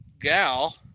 gal